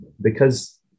because-